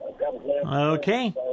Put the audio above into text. Okay